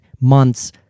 months